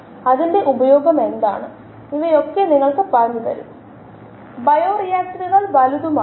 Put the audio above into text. ഇതിന്റെ ഉപയോഗം എന്താണ് എന്ന് വെച്ചാൽ നമുക്ക് 1 നിരക്ക് അറിയാമെകിൽ പ്രസക്തമായ യിൽഡ് കോയിഫിഷ്യന്റ നിന്ന് മറ്റു നിരക്ക് കണക്കാകാം